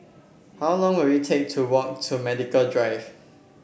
how long will it take to walk to Medical Drive